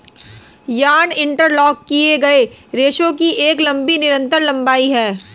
yarn interlock किए गए रेशों की एक लंबी निरंतर लंबाई है